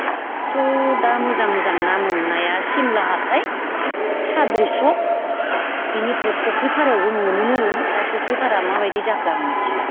खाथियाव दा मोजां मोजां ना मोननाया सिमला हाथाय साद्रि स'क बेनिफ्राय फुख्रि फारायावबो मोनोमोन दा फुख्रिपाराया माबायदि जाखो आं मिथिला